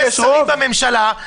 לבקר ולפקח על הממשלה.